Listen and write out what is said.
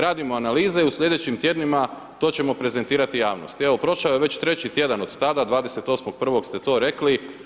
Radimo analize i u sljedećim tjednima to ćemo prezentirati javnosti.“ Evo, prošao je već treći tjedan od tada, 28. 01. ste to rekli.